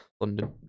London